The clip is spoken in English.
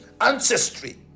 ancestry